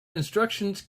instructions